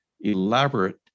elaborate